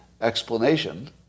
explanation